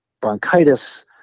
bronchitis